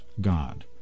god